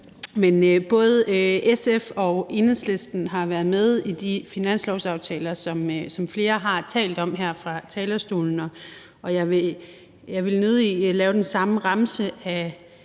Men både SF og Enhedslisten har været med i de finanslovsaftaler, som flere har talt om her fra talerstolen. Jeg vil nødig lave den samme remse af